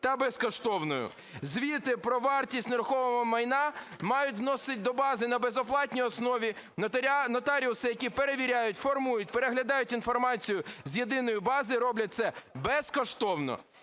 та безкоштовною. Звіти про вартість нерухомого майна мають вносити до бази на безоплатній основі нотаріуси, які перевіряють, формують, переглядають інформацію з Єдиної бази, роблять це безкоштовно,